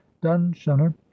dunshunner